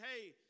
hey